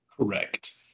Correct